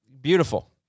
Beautiful